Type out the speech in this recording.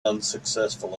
unsuccessful